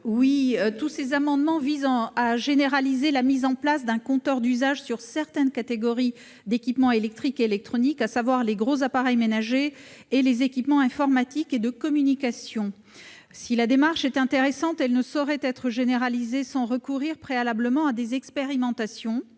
? Tous ces amendements visent à généraliser la mise en place d'un compteur d'usage sur certaines catégories d'équipements électriques et électroniques, à savoir les gros appareils ménagers et les équipements informatiques et de communication. Si la démarche est intéressante, elle ne saurait être généralisée sans recourir préalablement à des expérimentations.